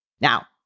Now